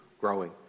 growing